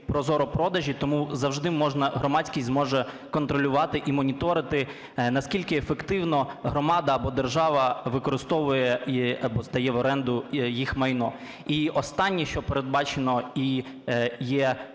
тому завжди можна, громадськість зможе контролювати і моніторити, наскільки ефективно громада або держава використовує або здає в оренду їх майно. І останнє, що передбачено і є